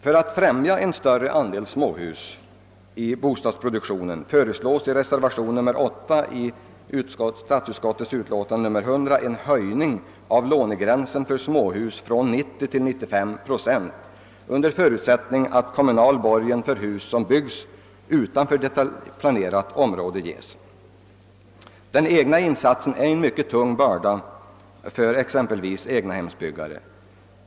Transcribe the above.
För att främja en större andel småhus i bostadsproduktionen föreslås i reservationen 8. till statsuiskottets utlåtande nr 100 en höjning av lånegränsen för småhus från 90 till 95 procent under förutsättning av att kommunal borgen för hus som byggs utanför detaljplanerat område ges. Den egna insatsen är en mycket tung börda för exempelvis egnahemsbyggare.